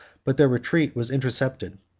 but their retreat was intercepted,